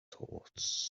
thoughts